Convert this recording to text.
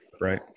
right